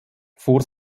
vor